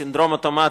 כסינדרום אוטומטי,